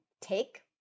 take